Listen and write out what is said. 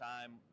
time